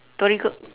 torigo